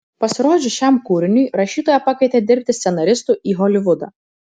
pasirodžius šiam kūriniui rašytoją pakvietė dirbti scenaristu į holivudą